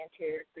anterior